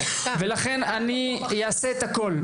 ולכן אני אעשה את הכול,